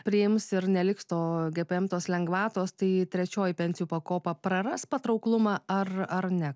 priims ir neliks to gpm tos lengvatos tai trečioji pensijų pakopa praras patrauklumą ar ar ne